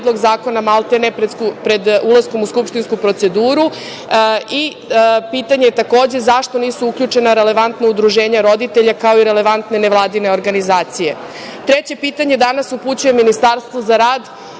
zašto nisu uključena relevantna udruženja roditelja, kao i relevantne nevladine organizacije? Treće pitanje danas upućujem Ministarstvu za rad,